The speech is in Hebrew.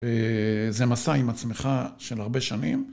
וזה מסע עם עצמך של הרבה שנים.